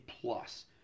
plus